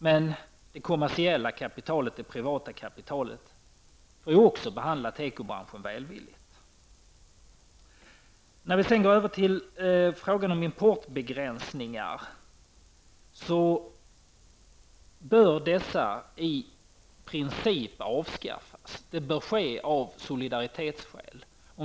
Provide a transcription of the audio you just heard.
Men det kommersiella privata kapitalet får ju också behandla tekobranschen välvilligt. Importbegränsningar bör i princip avskaffas. Det bör ske av solidaritetsskäl.